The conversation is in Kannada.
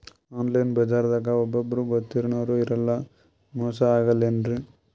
ಆನ್ಲೈನ್ ಬಜಾರದಾಗ ಒಬ್ಬರೂ ಗೊತ್ತಿನವ್ರು ಇರಲ್ಲ, ಮೋಸ ಅಗಲ್ಲೆನ್ರಿ?